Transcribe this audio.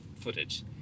footage